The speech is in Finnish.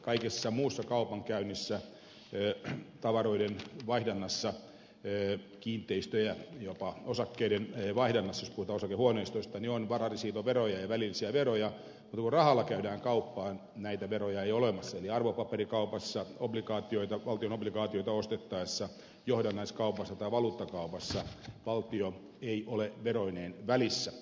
kaikessa muussa kaupankäynnissä tavaroiden vaihdannassa kiinteistöjen jopa osakkeiden vaihdannassa jos puhutaan osakehuoneistoista on varainsiirtoveroja ja välillisiä veroja mutta kun rahalla käydään kauppaa näitä veroja ei ole olemassa eli arvopaperikaupassa valtion obligaatioita ostettaessa johdannaiskaupassa tai valuuttakaupassa valtio ei ole veroineen välissä